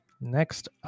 Next